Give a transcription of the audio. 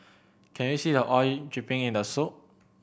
can you see the oil dripping in the soup